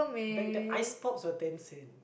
back then ice pop was ten cents